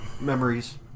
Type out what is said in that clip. Memories